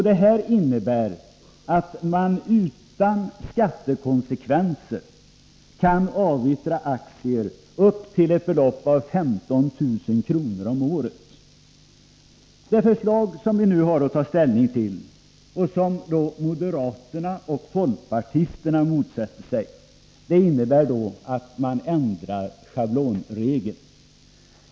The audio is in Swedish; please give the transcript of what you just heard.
Det innebär att man utan skattekonsekvenser kan avyttra aktier till ett belopp av 15 000 kr. om året. Det förslag som vi nu har att ta ställning till och som moderaterna och folkpartisterna motsätter sig innebär att man ändrar schablonregeln.